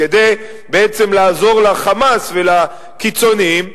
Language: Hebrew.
כדי בעצם לעזור ל"חמאס" ולקיצונים.